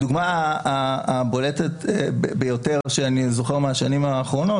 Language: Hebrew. הדוגמה הבולטת ביותר שאני זוכר מהשנים האחרונות.